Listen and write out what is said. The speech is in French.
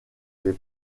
les